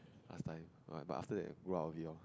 last time but after that grew up a bit oh